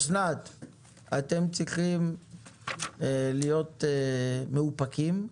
אתם צריכים להיות מאופקים,